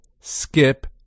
skip